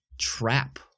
trap